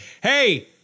hey